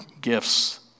gifts